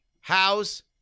House